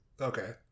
Okay